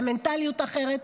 למנטליות אחרת.